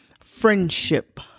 friendship